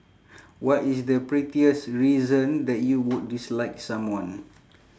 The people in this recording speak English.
what is the pettiest reason that you would dislike someone